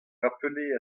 rappelait